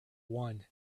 one